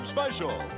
Special